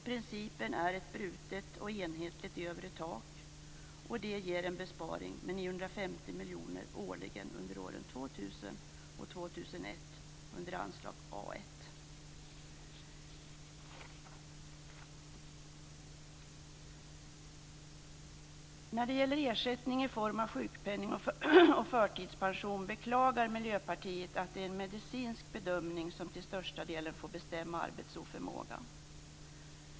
Principen är ett brutet och enhetligt övre tak, vilket ger en besparing med 950 miljoner kronor årligen under åren När det gäller ersättning i form av sjukpenning och förtidspension beklagar Miljöpartiet att det är en medicinsk bedömning som till största delen får styra när det gäller arbetsoförmåga.